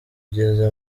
igeze